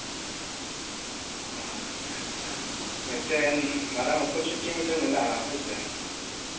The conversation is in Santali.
ᱚ ᱟᱪᱪᱷᱟ ᱟᱪᱪᱷᱟ ᱢᱤᱫᱴᱟᱝ ᱢᱟᱨᱟᱝ ᱚᱯᱚᱨᱪᱩᱨᱱᱤᱴᱤ ᱢᱮᱱᱟᱜᱼᱟ ᱦᱳᱭᱥᱮ